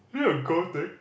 is it a girl thing